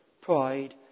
pride